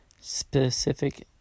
Specific